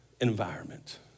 environment